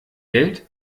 geld